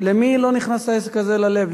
למי לא נכנס העסק הזה ללב?